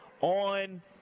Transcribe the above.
on